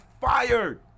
fired